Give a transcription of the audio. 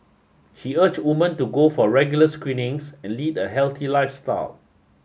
she urged women to go for regular screenings and lead a healthy lifestyle